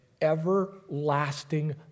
everlasting